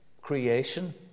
Creation